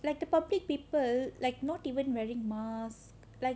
like the public people like not even wearing mask like